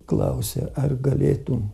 klausia ar galėtum